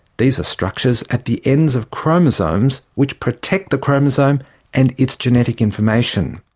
these are structures at the ends of chromosomes which protect the chromosome and its genetic information.